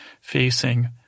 facing